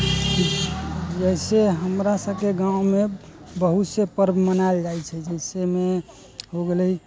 जैसे हमरा सबके गाँवमे बहुतसे पर्व मनायल जाइ छै जैसेमे हो गेलै